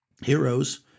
heroes